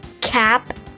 cap